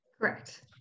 Correct